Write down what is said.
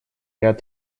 ряд